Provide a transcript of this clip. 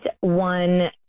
one